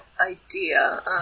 idea